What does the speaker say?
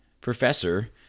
professor